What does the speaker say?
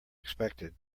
expected